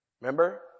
Remember